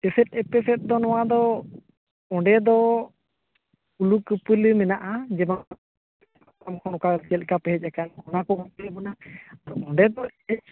ᱮᱥᱮᱫ ᱮᱯᱮᱥᱮᱫ ᱫᱚ ᱱᱚᱣᱟ ᱫᱚ ᱚᱸᱰᱮ ᱫᱚ ᱠᱩᱞᱤ ᱠᱩᱯᱩᱞᱤ ᱢᱮᱱᱟᱜᱼᱟ ᱡᱮᱢᱚᱱ ᱚᱠᱟ ᱪᱮᱫ ᱞᱮᱠᱟᱯᱮ ᱦᱮᱡ ᱟᱠᱟᱱᱟ ᱚᱱᱟ ᱠᱚ ᱠᱩᱞᱤ ᱵᱚᱱᱟ ᱚᱸᱰᱮ ᱫᱚ